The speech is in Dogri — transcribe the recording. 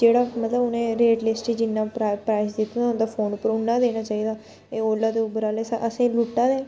जेह्डा मतलब उ'नें रेट लिस्ट जिन्ना प्राइस दित्ता दा होंदा फोन उप्पर उन्ना गै देना चाहिदा एह् ओला ते उबर आह्ले असेंगी लुट्टा दे